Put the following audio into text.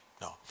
No